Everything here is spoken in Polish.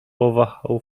powahał